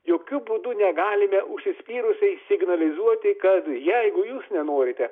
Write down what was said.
jokiu būdu negalime užsispyrusiai signalizuoti kad jeigu jūs nenorite